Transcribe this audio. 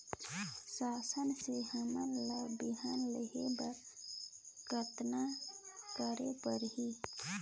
शासन से हमन ला बिहान लेहे बर कतना करे परही?